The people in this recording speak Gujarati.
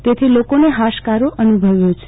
તેથી લોકોએ હાશકારો અનુભવ્યો છે